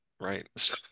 right